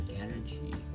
energy